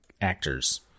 actors